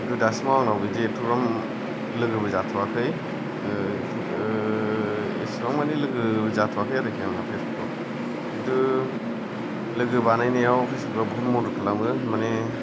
खिन्थु दासिमाव आंनाव बिदि एथ'ग्राम लोगोबो जाथ'आखै एसेबां मानि लोगो जाथ'आखै आरो आंना फेसबुकाव खिन्थु लोगो बानायनायाव फेसबुका बहुथ मदद खालामो माने